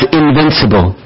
invincible